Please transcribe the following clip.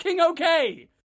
okay